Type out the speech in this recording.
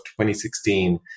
2016